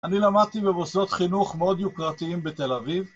‫אני למדתי במוסדות חינוך ‫מאוד יוקרתיים בתל אביב.